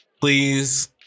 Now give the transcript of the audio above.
Please